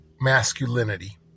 masculinity